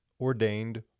ordained